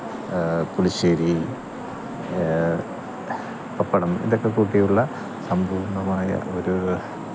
പുളിശ്ശേരി പപ്പടം ഇതൊക്കെ കൂട്ടിയുള്ള സമ്പൂര്ണ്ണമായ ഒരു